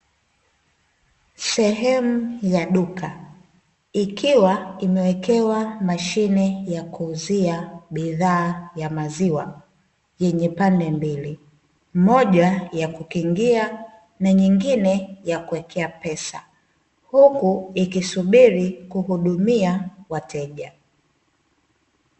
Sehemu ya duka ikiwa imewekewa mashine ya kuuzia bidhaa ya maziwa yenye pande mbili. Moja ya kukingia na nyingine ya kuwekea pesa, huku ikisubiri kuhudumia wateja.